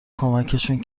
کمکشون